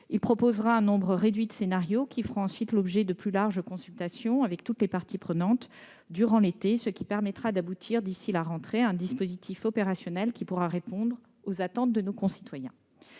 Il proposera un nombre réduit de scénarios, qui feront ensuite l'objet de plus larges consultations avec toutes les parties prenantes durant l'été. Cela permettra d'aboutir d'ici à la rentrée à un dispositif opérationnel pouvant répondre aux attentes de nos concitoyens.